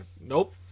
Nope